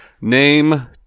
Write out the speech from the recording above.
name